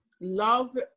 love